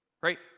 Right